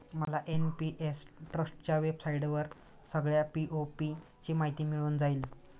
मला एन.पी.एस ट्रस्टच्या वेबसाईटवर सगळ्या पी.ओ.पी ची माहिती मिळून जाईल